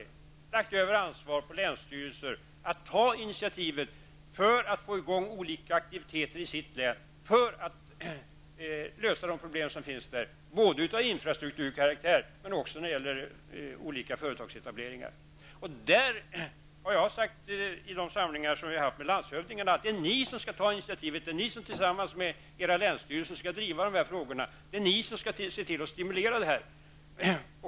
Ansvaret har lagts över på länsstyrelserna att ta initiativ för att få i gång olika aktiviteter i länen för att lösa de problem av infrastrukturkaraktär men också när det gäller olika företagsetableringar som finns där. I detta sammanhang har jag vid sammanträffanden med landshövdingarna sagt: Det är ni tillsammans med länsstyrelserna som skall ta initiativet och driva dessa frågor. Det är ni som skall se till att stimulera.